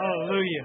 Hallelujah